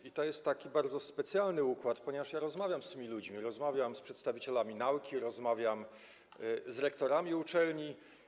I to jest taki bardzo specjalny układ, ponieważ ja rozmawiam z tymi ludźmi, rozmawiam z przedstawicielami nauki, rozmawiam z rektorami uczelni.